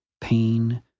pain